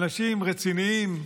אנשים רציניים,